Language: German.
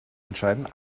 entscheiden